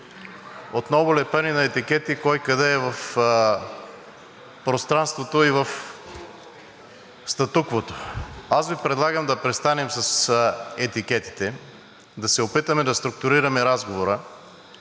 отново лепене на етикети – кой къде е в пространството и в статуквото. Предлагам Ви да престанем с етикетите, да се опитаме да структурираме разговора.